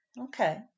Okay